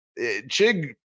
Chig